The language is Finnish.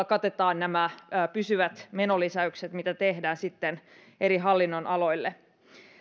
katetaan nämä pysyvät menolisäykset mitä tehdään eri hallinnonaloille